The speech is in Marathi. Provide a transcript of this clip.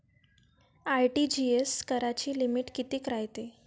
आर.टी.जी.एस कराची लिमिट कितीक रायते?